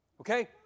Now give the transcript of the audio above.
Okay